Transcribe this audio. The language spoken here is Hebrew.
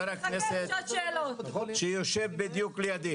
חבר כנסת שיושב בדיוק לידי.